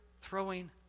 throwing